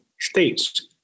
states